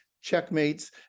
checkmates